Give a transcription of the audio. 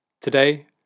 Today